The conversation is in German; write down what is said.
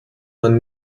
man